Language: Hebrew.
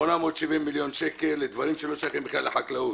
870 מיליון שקל לדברים שלא שייכים בכלל לחקלאות.